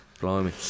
Blimey